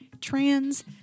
trans